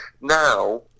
now